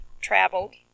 traveled